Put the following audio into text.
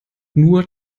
nur